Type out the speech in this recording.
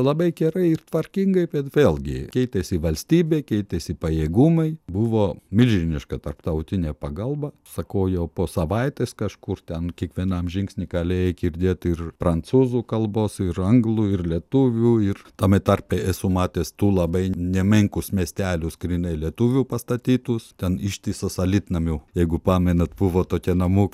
labai gerai ir tvarkingai bet vėlgi keitėsi valstybė keitėsi pajėgumai buvo milžiniška tarptautinė pagalba sakau jau po savaitės kažkur ten kiekvienam žingsny galėjai girdėti ir prancūzų kalbos ir anglų ir lietuvių ir tame tarpe esu matęs du labai nemenkus miestelius grynai lietuvių pastatytus ten ištisas alytnamių jeigu pamenat buvo tokie namukai